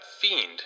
fiend